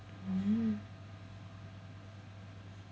mm